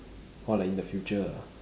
orh like in the future ah